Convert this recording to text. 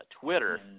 Twitter